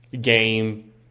game